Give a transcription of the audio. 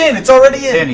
it's already in!